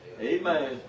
Amen